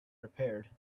repaired